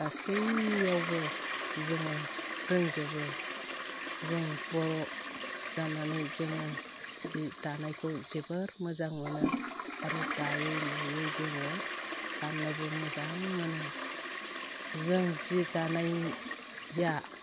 गासैयावबो जोङो रोंजोबो जों बर' जानानै जोङो जि दानायखौ जोबोर मोजां मोनो आरो दायै लुयै जोङो गान्नोबो मोजां मोनो जों जि दानायया